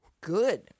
Good